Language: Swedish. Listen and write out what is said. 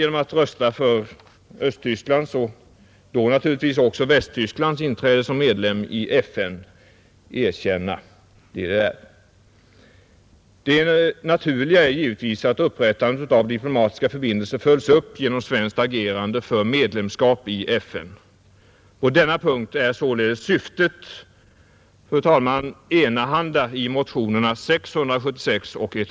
Genom att rösta för Östtysklands inträde som medlem i FN, Det naturliga är givetvis, att upprättandet av diplomatiska förbindelser följs upp genom svenskt agerande för medlemskap i FN.